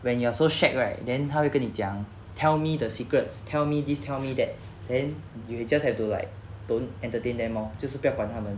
when you are so shag right then 他会跟你讲 tell me the secrets tell me this tell me that then you will just have to like don't entertain them orh 就是不要管他们